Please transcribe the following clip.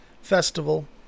festival